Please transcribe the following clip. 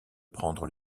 prendre